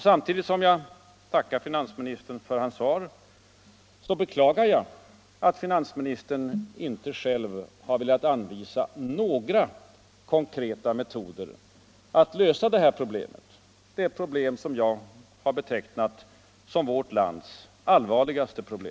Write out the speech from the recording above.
Samtidigt som jag tackar finansministern för hans svar beklagar jag att finansministern inte själv har velat anvisa några konkreta metoder att lösa detta problem, som jag betecknat som ”vårt lands allvarligaste”.